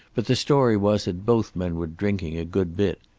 but the story was that both men were drinking a good bit,